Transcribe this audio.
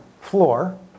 floor